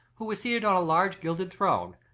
who was seated on a large gilded throne,